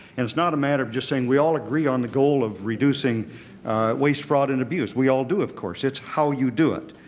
and it's not a matter of just saying we all agree on the goal of reducing waste, fraud, and abuse. we all do, of course. it's how you do it.